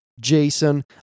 Jason